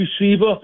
receiver